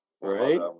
right